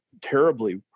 terribly